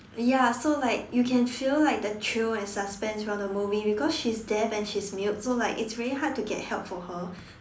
ya so like you can feel like the chill and suspense from the movie because she is deaf and she is mute so like it's very hard to get help for her